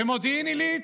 במודיעין עילית,